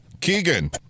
Keegan